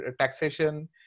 taxation